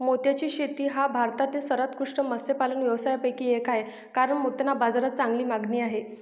मोत्याची शेती हा भारतातील सर्वोत्कृष्ट मत्स्यपालन व्यवसायांपैकी एक आहे कारण मोत्यांना बाजारात चांगली मागणी आहे